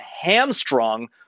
hamstrung